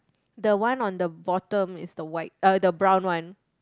the one on the bottom is the white uh the brown one